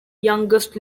youngest